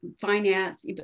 finance